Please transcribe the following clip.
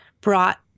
brought